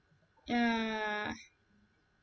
ya